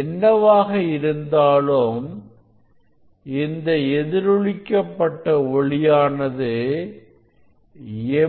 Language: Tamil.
என்னவாக இருந்தாலும் இந்த எதிரொலிக்க பட்ட ஒளியானது